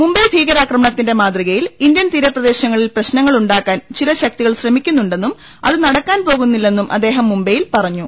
മുംബൈ ഭീകരാക്രമണത്തിന്റെ മാതൃ കയിൽ ഇന്ത്യൻ തീരപ്രദേശങ്ങളിൽ പ്രശ്നങ്ങളുണ്ടാക്കാൻ ചില ശക്തികൾ ശ്രമിക്കുന്നുണ്ടെന്നും അത് നടക്കാൻ പോകുന്നില്ലെന്നും അദ്ദേഹം മുംബൈയിൽ പറഞ്ഞു